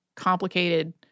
complicated